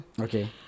Okay